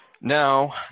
Now